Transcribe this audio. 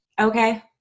okay